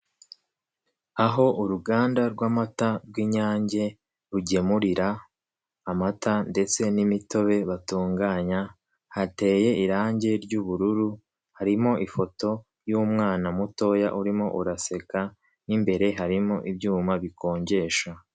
Aho uruganda rw'amata rw'Inyange rugemurira amata ndetse n'imitobe batunganya, hateye irangi ry'ubururu, harimo ifoto y'umwana mutoya urimo uraseka, mo imbere harimo ibyuma bikonjesha.